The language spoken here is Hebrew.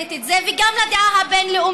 שמקבלת את זה, וגם לדעה הבין-לאומית.